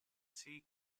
sea